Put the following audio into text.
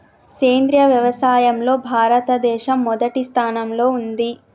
సేంద్రియ వ్యవసాయంలో భారతదేశం మొదటి స్థానంలో ఉంది